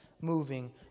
moving